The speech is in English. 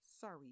sorry